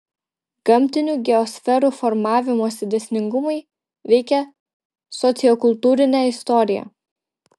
gamtinių geosferų formavimosi dėsningumai veikia sociokultūrinę istoriją